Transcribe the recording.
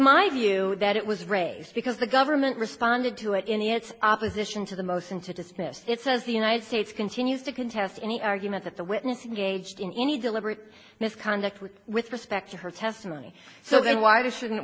my view that it was raised because the government responded to it in the its opposition to the most and to dismiss it says the united states continues to contest any argument that the witnesses gauged in any deliberate misconduct with with respect to her testimony so then why did shouldn't